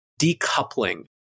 decoupling